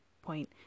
point